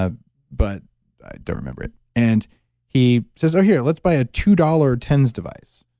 ah but i don't remember it. and he says oh, here let's buy a two dollars tens device.